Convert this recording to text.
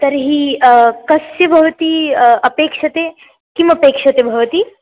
तर्हि कस्य भवती अपेक्षते किम् अपेक्षते भवतीम्